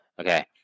Okay